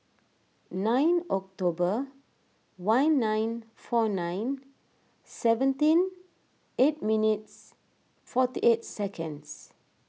nine October one nine four nine seventeen eight minutes forty eight seconds